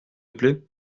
plaît